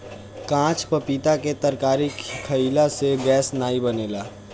काच पपीता के तरकारी खयिला से गैस नाइ बनेला